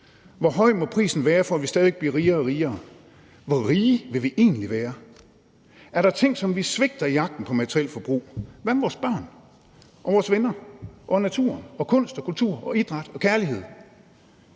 Hvor høj må prisen være for, at vi stadig væk bliver rigere og rigere? Hvor rige vil vi egentlig være? Er der ting, som vi svigter i jagten på materielt forbrug? Hvad med vores børn og vores venner og naturen og kunst og kultur og idræt og kærlighed?